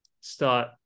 start